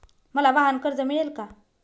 मला वाहनकर्ज मिळेल का?